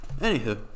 Anywho